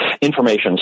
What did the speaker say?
information